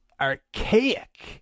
archaic